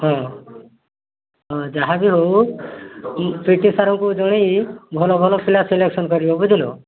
ହଁ ହଁ ଯାହା ବି ହେଉ ପି ଟି ସାର୍ଙ୍କୁ ଜଣାଇ ଭଲ ଭଲ ପିଲା ସିଲେକ୍ସନ୍ କରିବ ବୁଝିଲ